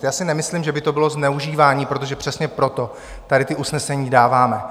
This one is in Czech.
Já si nemyslím, že by to bylo zneužívání, protože přesně proto tady ta usnesení dáváme.